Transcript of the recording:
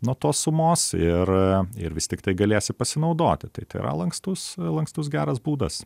nuo tos sumos ir ir vis tiktai galėsi pasinaudoti tai tai yra lankstus lankstus geras būdas